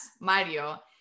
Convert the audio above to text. Mario